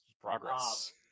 Progress